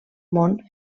món